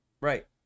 Right